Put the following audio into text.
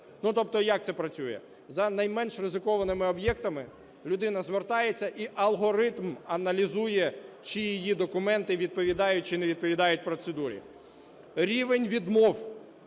Тобто як це працює? За найменш ризикованими об'єктами людина звертається - і алгоритм аналізує, чи її документи відповідають, чи не відповідають процедурі. Рівень відмов